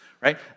right